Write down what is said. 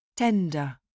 Tender